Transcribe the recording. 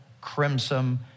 crimson